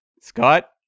Scott